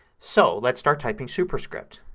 so let's start typing superscript.